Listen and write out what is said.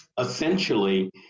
essentially